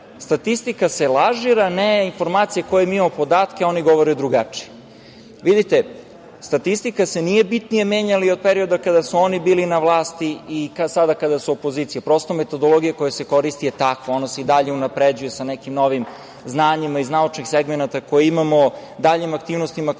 statistika se lažira, informacije i podaci koje mi imamo, oni govore drugačije. Vidite, statistika se nije bitnije menjala i od perioda kada su oni bili na vlasti i sada kada su opozicija. Prosto, metodologija koja se koristi je takva. Ona se i dalje unapređuje sa nekim novim znanjima iz naučnih segmenata koje imamo, daljim aktivnostima